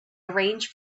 arrange